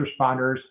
responders